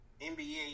NBA